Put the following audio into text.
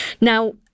Now